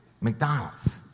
McDonald's